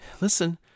Listen